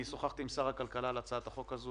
אני שוחחתי עם שר הכלכלה על הצעת החוק הזאת.